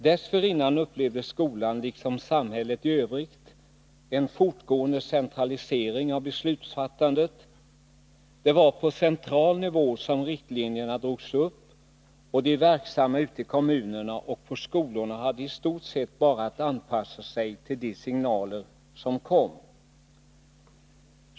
Dessförinnan upplevde skolan, liksom samhället i övrigt, en fortgående centralisering av beslutsfattandet. Det var på central nivå som riktlinjerna drogs upp, och de verksamma ute i kommunerna och på skolorna hade i stort sett bara att anpassa sig till de signaler som kom.